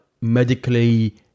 medically